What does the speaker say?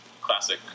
classic